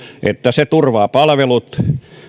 että se turvaa palvelut